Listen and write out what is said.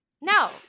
No